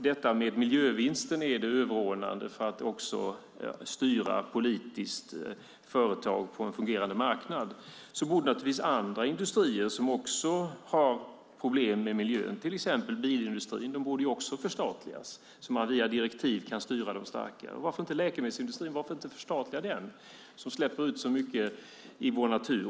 Vore miljövinsten det överordnade när det gäller att politiskt styra företag på en fungerande marknad borde naturligtvis andra industrier som också har problem med miljön, till exempel bilindustrin, förstatligas så att man via direktiv kan styra dem starkare. Och varför inte förstatliga läkemedelsindustrin som släpper ut så mycket i vår natur?